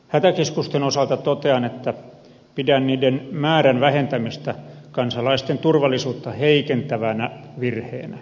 hätäkeskusten osalta totean että pidän niiden määrän vähentämistä kansalaisten turvallisuutta heikentävänä virheenä